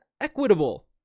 equitable